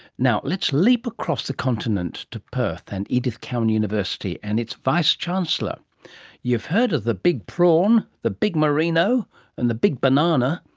now, let's leap across the continent to perth, and edith cowan university, and its vice-chancellor. you've heard of the big prawn, the big merino and the big banana,